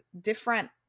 different